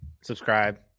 Subscribe